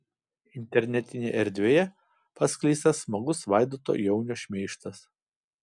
internetinėje erdvėje paskleistas smagus vaidoto jaunio šmeižtas